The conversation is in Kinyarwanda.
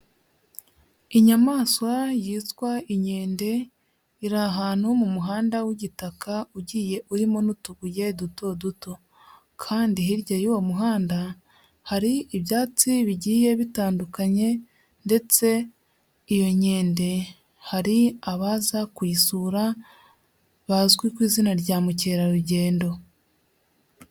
Inyamaswa yitwa inkende iri ahantu mu muhanda w'igitaka ugiye urimo n'utubuye duto duto kandi hirya y'uwo muhanda hari ibyatsi bigiye bitandukanye ndetse iyo nkende hari abaza kuyisura, bazwi ku izina rya mukerarugendo.